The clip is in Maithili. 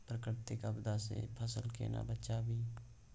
प्राकृतिक आपदा सं फसल केना बचावी?